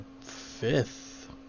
fifth